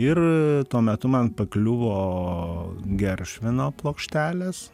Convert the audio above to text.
ir tuo metu man pakliuvo geršvino plokštelės